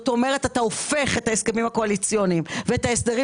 כלומר אתה הופך את ההסכמים הקואליציוניים ואת ההסדרים